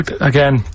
again